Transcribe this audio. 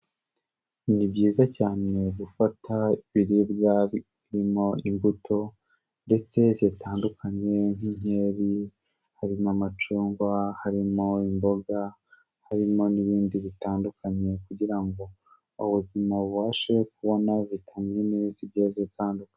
Ni byiza cyane gufata ibiribwa birimo imbuto ndetse zitandukanye nk'inkeri, harimo amacunga, harimo imboga, harimo n'ibindi bitandukanye, kugira ngo ubuzima bubashe kubona vitamine zigiye zitandukanye.